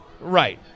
right